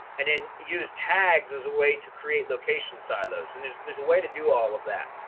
and then use tags as a way to create location silos. and there's, there's a way to do all of that,